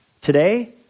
today